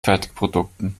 fertigprodukten